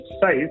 size